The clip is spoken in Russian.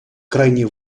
крайне